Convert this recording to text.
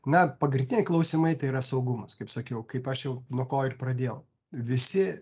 na pagrindiniai klausimai tai yra saugumas kaip sakiau kaip aš jau nuo ko ir pradėjau visi